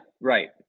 right